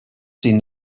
seen